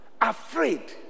Afraid